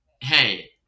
hey